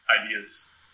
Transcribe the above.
ideas